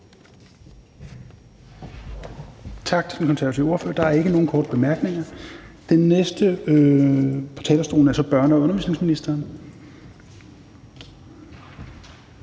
Tak til den konservative ordfører. Der er ikke nogen korte bemærkninger. Den næste på talerstolen er så børne- og undervisningsministeren.